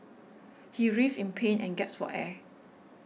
he writhed in pain and gasped for air